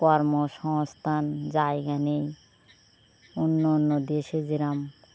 কর্মসংস্থান জায়গা নেই অন্য অন্য দেশে যেরম